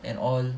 and all